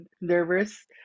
nervous